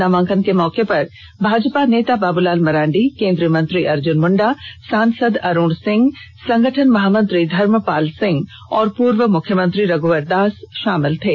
नामांकन के मौके पर भाजपा नेता बाबूलाल मरांडी केंद्रीय मंत्री अर्जुन मुंडा सांसद अरूण सिंह संगठन महामंत्री धर्मपाल सिंह और पूर्व मुख्यमंत्री रघुवर दास शामिल थे